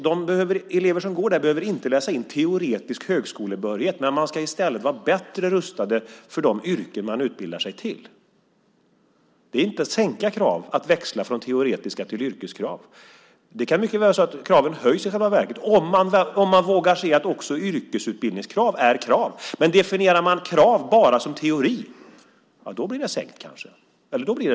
De elever som går där behöver inte läsa in teoretisk högskolebehörighet, men de ska i stället vara bättre rustade för de yrken de utbildas till. Det är inte att sänka kraven att växla från teoretiska krav till yrkeskrav. Det kan mycket väl vara så att kraven i själva verket höjs om man vågar se att också yrkesutbildningskrav är krav. Men om man definierar krav bara som teori blir det sänkt.